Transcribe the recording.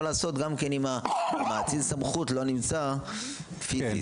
לעשות גם אם מאציל הסמכות לא נמצא פיזית.